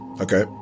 Okay